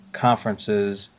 conferences